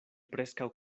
preskaŭ